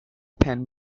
penn